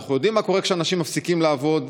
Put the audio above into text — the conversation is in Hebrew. אנחנו יודעים מה קורה כשאנשים מפסיקים לעבוד.